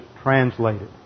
translated